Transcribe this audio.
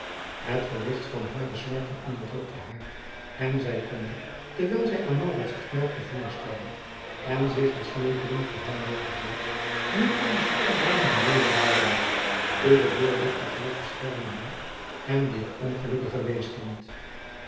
het gewicht van hare smarten onderdrukte haar en zij konde terwijl zij aan maurits het knaapje voorstelde en zich als smekeling voor hem nederboog niet anders uitbrengen dan deze woorden uwe doorluchtigheid bescherme mij en dit ongelukkige weeskind